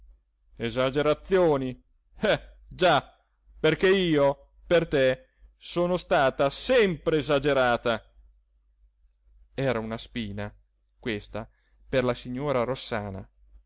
esagerazioni eh già perché io per te sono stata sempre esagerata era una spina questa per la signora rossana